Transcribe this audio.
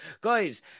Guys